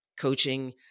coaching